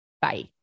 Bye